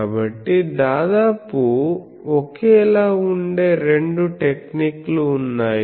కాబట్టిదాదాపు ఒకే లా వుండే రెండు టెక్నిక్ లు ఉన్నాయి